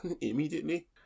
immediately